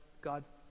God's